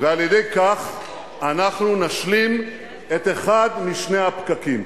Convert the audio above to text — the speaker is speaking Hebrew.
וכך אנחנו נשלים את אחד משני הפקקים,